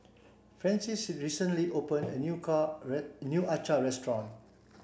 Francies recently opened a new car new acar restaurant